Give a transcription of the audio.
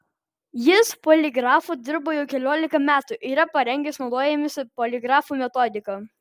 jis poligrafu dirba jau keliolika metų yra parengęs naudojimosi poligrafu metodiką